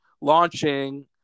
launching